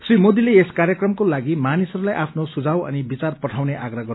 री मोदीले यस कार्यक्रमको लागि मानिसहरूसित आफ्नो सुझाव अनि विचार पठाउने आग्रह गर्नुभयो